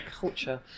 culture